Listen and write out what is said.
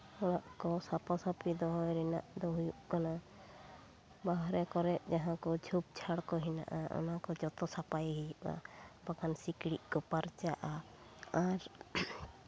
ᱚᱲᱟᱜ ᱠᱚ ᱥᱟᱯᱷᱟ ᱥᱟᱹᱯᱷᱤ ᱫᱚᱦᱚᱭ ᱨᱮᱱᱟᱜ ᱫᱚ ᱦᱩᱭᱩᱜ ᱠᱟᱱᱟ ᱵᱟᱦᱨᱮ ᱠᱚᱨᱮᱫ ᱡᱟᱦᱟᱸ ᱠᱚ ᱡᱷᱳᱯ ᱡᱷᱟᱲ ᱠᱚ ᱦᱮᱱᱟᱜᱼᱟ ᱚᱱᱟ ᱠᱚ ᱡᱚᱛᱚ ᱥᱟᱯᱷᱟᱭ ᱦᱩᱭᱩᱜᱼᱟ ᱵᱟᱠᱷᱟᱱ ᱥᱤᱠᱲᱤᱡ ᱠᱚ ᱯᱟᱨᱪᱟᱜᱼᱟ ᱟᱨ